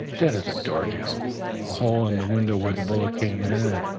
dead as a door nail a hole in the window where the bullet came in,